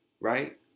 right